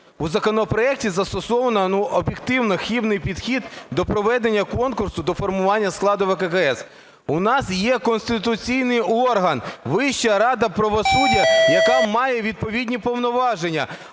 У законопроекті застосовано, ну, об'єктивно хибний підхід до проведення конкурсу до формування складу ВККС. У нас є конституційний орган – Вища рада правосуддя, яка має відповідні повноваження,